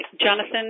Jonathan